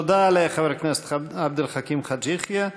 תודה לחבר הכנסת עבד אל חכים חאג' יחיא.